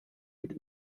mit